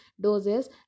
doses